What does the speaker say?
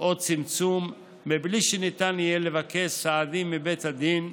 או צמצום מבלי שניתן יהיה לבקש סעדים מבית הדין,